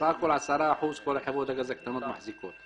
סך הכול 10% כל חברות הגז הקטנות מחזיקות.